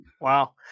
Wow